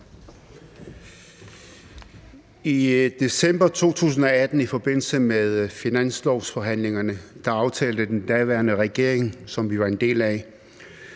Khader (KF): I forbindelse med finanslovforhandlingerne i december 2018 aftalte den daværende regering, som vi var en del af,